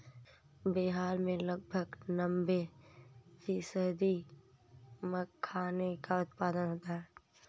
बिहार में लगभग नब्बे फ़ीसदी मखाने का उत्पादन होता है